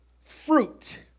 Fruit